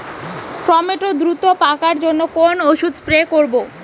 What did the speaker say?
Tomato দ্রুত পাকার জন্য কোন ওষুধ স্প্রে করব?